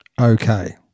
Okay